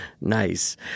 Nice